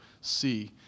see